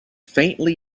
faintly